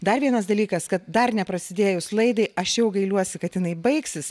dar vienas dalykas kad dar neprasidėjus laidai aš jau gailiuosi kad jinai baigsis